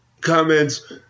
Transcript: comments